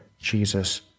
Jesus